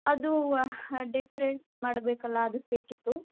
ಅದು ವ ಡೆಕೊರೇಟ್ ಮಾಡಬೇಕಲ್ಲ ಅದಕ್ಕೆ ಬೇಕಿತ್ತು